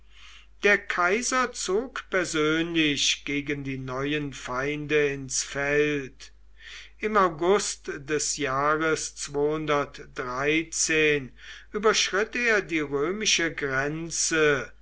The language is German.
der kaiser zog persönlich gegen die neuen feinde ins feld im august des jahres überschritt er die römische grenze